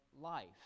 life